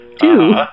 Two